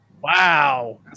wow